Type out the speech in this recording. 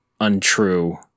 untrue